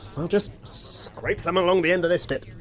well, just scrape some along the end of this bit,